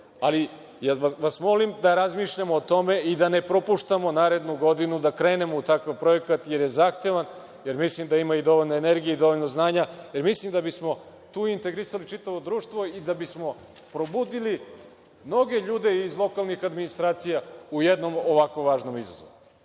vas molim da razmišljamo o tome i da ne propuštamo narednu godinu, da krenemo u takav projekat jer je zahtevan, jer mislim da ima i dovoljno energije i dovoljno znanja. Mislim da bismo tu integrisali čitavo društvo i da bismo probudili mnoge ljude iz lokalnih administracija u jednom ovako važnom izazovu.